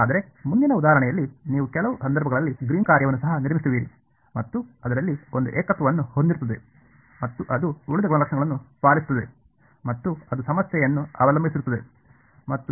ಆದರೆ ಮುಂದಿನ ಉದಾಹರಣೆಯಲ್ಲಿ ನೀವು ಕೆಲವು ಸಂದರ್ಭಗಳಲ್ಲಿ ಗ್ರೀನ್ನ ಕಾರ್ಯವನ್ನು ಸಹ ನಿರ್ಮಿಸುವಿರಿ ಮತ್ತು ಅದರಲ್ಲಿ ಒಂದು ಏಕತ್ವವನ್ನು ಹೊಂದಿರುತ್ತದೆ ಮತ್ತು ಅದು ಉಳಿದ ಗುಣಲಕ್ಷಣಗಳನ್ನು ಪಾಲಿಸುತ್ತದೆ ಮತ್ತು ಅದು ಸಮಸ್ಯೆಯನ್ನು ಅವಲಂಬಿಸಿರುತ್ತದೆ